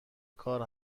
کار